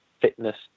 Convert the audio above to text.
Fitness